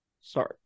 Sorry